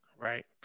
Right